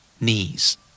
Knees